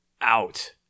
out